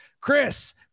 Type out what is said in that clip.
Chris